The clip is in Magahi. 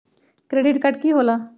क्रेडिट कार्ड की होला?